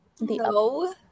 No